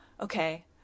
Okay